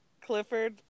clifford